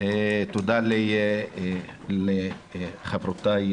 תודה לחברותיי,